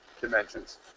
dimensions